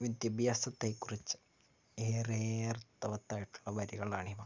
വിദ്യഭ്യാസത്തെക്കുറിച്ച് ഏറെ അർത്ഥവത്തായിട്ടുള്ള വരികളാണിവ